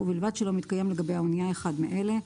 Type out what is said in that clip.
ובלבד שלא מתקיים לגבי האנייה אחד מאלה: